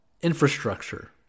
infrastructure